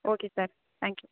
okay sir thank you